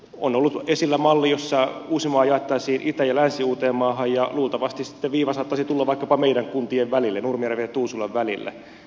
on ollut esillä malli jossa uusimaa jaettaisiin itä ja länsi uuteenmaahan ja luultavasti sitten viiva saattaisi tulla vaikkapa meidän kuntiemme välille nurmijärven ja tuusulan välille